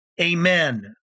Amen